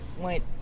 went